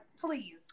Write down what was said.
please